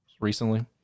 recently